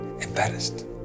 embarrassed